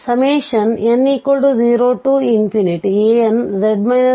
n0anz z0n ಆಗುವುದು